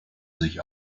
sich